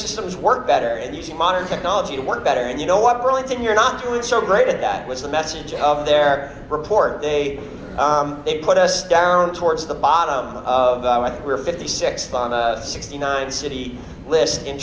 systems work better and using modern technology to work better and you know what really thing you're not doing so great and that was the message of their report they they put us down towards the bottom of the i think we're fifty six sixty nine city list in